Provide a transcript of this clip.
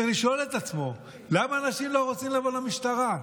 והוא צריך לשאול את עצמו למה אנשים לא רוצים לבוא למשטרה.